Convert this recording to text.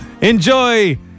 Enjoy